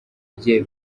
bye